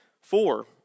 Four